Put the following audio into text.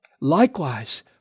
likewise